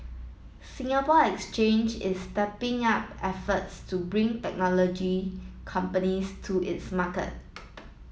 Singapore Exchange is stepping up efforts to bring technology companies to its market